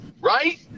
Right